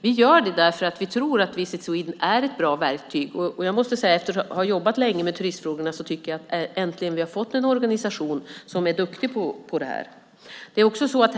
Vi gör det därför att vi tror att Visit Sweden är ett bra verktyg. Jag tycker, efter att ha jobbat länge med turistfrågorna, att vi äntligen har fått en organisation som är duktig på detta.